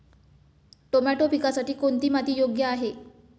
Tomato पिकासाठी कोणती माती योग्य आहे?